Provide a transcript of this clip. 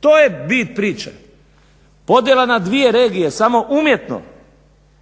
To je bit priče, podjela na dvije regije, samo umjetno